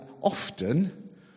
often